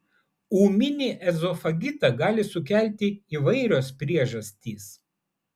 ūminį ezofagitą gali sukelti įvairios priežastys